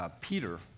Peter